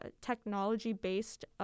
technology-based